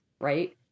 right